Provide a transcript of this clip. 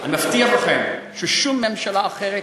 אני מבטיח לכם ששום ממשלה אחרת,